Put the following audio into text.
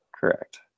Correct